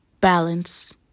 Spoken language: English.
balance